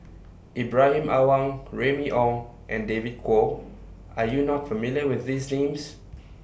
Ibrahim Awang Remy Ong and David Kwo Are YOU not familiar with These Names